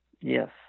Yes